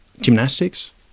gymnastics